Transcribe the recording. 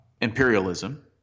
imperialism